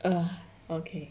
err okay